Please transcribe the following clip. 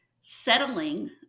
settling